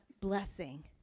blessing